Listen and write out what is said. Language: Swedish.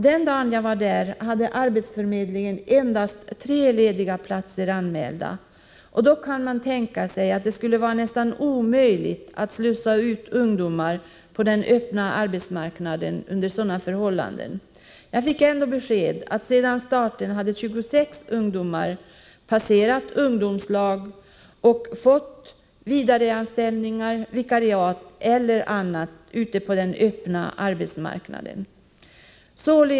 Den dag jag var där hade arbetsförmedlingen endast tre lediga platser anmälda, och man kan tänka sig att det under sådana förhållanden skulle vara nästan omöjligt att slussa ut ungdomar på den öppna arbetsmarknaden. Jag fick besked om att sedan starten hade 26 ungdomar passerat ungdomslag och fått tillsvidareanställning, vikariat eller annat arbete ute på den öppna arbetsmarknaden.